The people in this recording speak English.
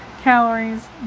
calories